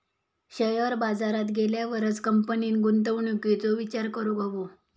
share बाजारात गेल्यावरच कंपनीन गुंतवणुकीचो विचार करूक हवो